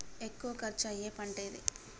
ఎక్కువ ఖర్చు అయ్యే పంటేది?